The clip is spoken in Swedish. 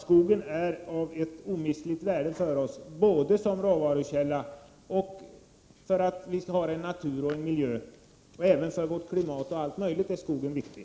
Skogen är av omistligt värde för oss, både som råvarukälla och för att vi skall ha en natur och en miljö. Även för vårt klimat m.m. är skogen viktig.